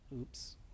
Oops